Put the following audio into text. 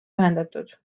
ühendatud